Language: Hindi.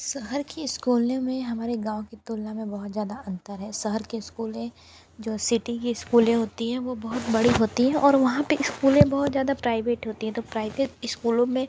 शहर की स्कूलों में हमारे गाँव की तुलना में बहुत ज़्यादा अंतर है शहर के स्कूलें जो है सिटी के स्कूलें होती हैं वो बहुत बड़ी होती है और वहाँ पर स्कूलें बहुत ज़्यादा प्राइवेट होती हैं तो प्राइवेट स्कूलों में